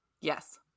Yes